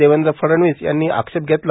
देवेद्र फडणवीस यांनी आक्षेप घेतला